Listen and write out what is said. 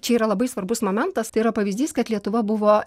čia yra labai svarbus momentas tai yra pavyzdys kad lietuva buvo